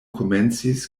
komencis